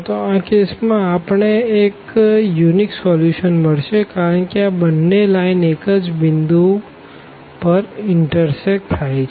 તો આ કેસ માં આપણને એક અનન્ય સોલ્યુશન મળશે કારણ કે આ બંને લાઈન એક જ પોઈન્ટ પર ઇનટરસેકટ થાય છે